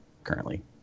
Currently